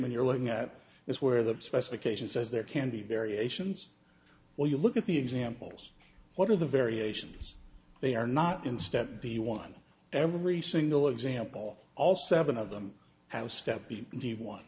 ment you're looking at is where the specification says there can be variations well you look at the examples what are the variations they are not in step the one every single example all seven of them how step be the one